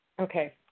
Okay